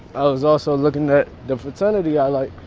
i was also looking at the fraternity i like.